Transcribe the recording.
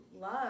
love